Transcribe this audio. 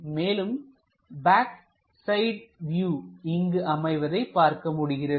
மேலும் back side view இங்கு அமைவதை பார்க்க முடிகிறது